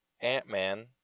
Ant-Man